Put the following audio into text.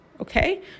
Okay